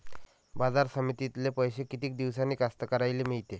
बाजार समितीतले पैशे किती दिवसानं कास्तकाराइले मिळते?